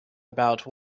about